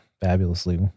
fabulously